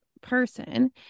person